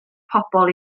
pobl